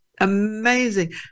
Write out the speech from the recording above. Amazing